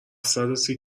صدوسی